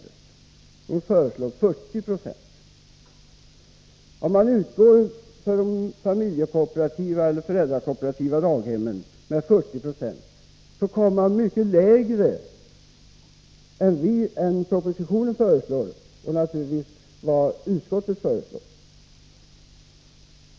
Jo, att staten betalar 40 96. Om man utgår från 40 2 för de föräldrakooperativa daghemmen, kommer man mycket lägre än vad propositionen föreslår och naturligtvis lägre än vad utskottet föreslår.